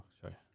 Sorry